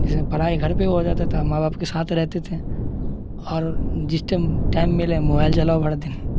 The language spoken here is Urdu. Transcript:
جس میں پرھائی گھر پہ ہو جاتا تھا ماں باپ کے ساتھ رہتے تھے اور جس ٹائم ٹائم ملے موبائل چلاؤ ہر دن